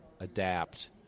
adapt